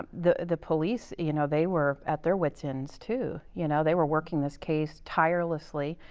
the the police, you know, they were at their wit's ends, too. you know, they were working this case tirelessly,